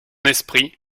esprit